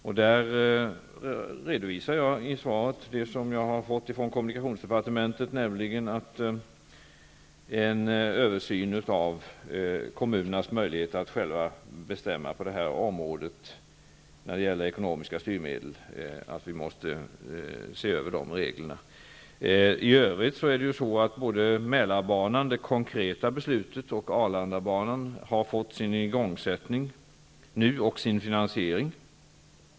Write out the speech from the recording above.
Jag redovisar i svaret det besked jag har fått från kommunikationsdepartementet, nämligen att en översyn skall ske av reglerna för kommunernas möjligheter att själva bestämma på detta område när det gäller ekonomiska styrmedel. I övrigt har ett konkret beslut fattats om Mälarbanan, och arbetet med Arlandabanan har satts i gång och finansieringen ordnats.